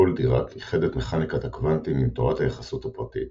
פול דיראק איחד את מכניקת הקוונטים עם תורת היחסות הפרטית,